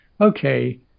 okay